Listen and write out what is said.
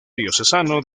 diocesano